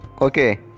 Okay